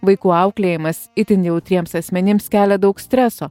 vaikų auklėjimas itin jautriems asmenims kelia daug streso